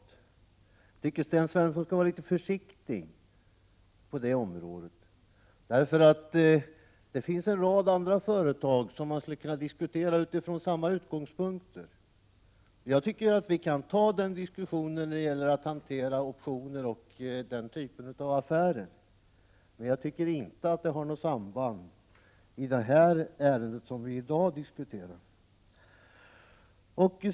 Jag tycker att Sten Svensson skall vara litet försiktig på detta område. Det finns nämligen en rad andra företag som man skulle kunna diskutera utifrån samma utgångspunkt. Jag tycker att vi kan föra en diskussion om hanteringen av optioner och andra affärer, men jag tycker inte att detta har något samband med det ärende som vi i dag diskuterar.